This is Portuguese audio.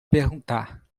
perguntar